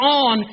on